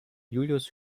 julius